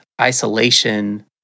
isolation